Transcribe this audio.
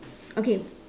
okay